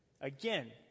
Again